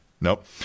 Nope